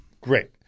Great